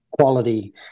quality